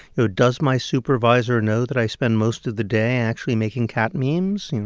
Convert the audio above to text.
you know, does my supervisor know that i spend most of the day actually making cat memes?